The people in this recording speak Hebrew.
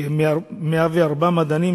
כ-104 מדענים,